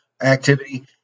activity